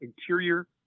interior